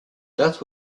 that